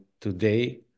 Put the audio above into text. today